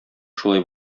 шулай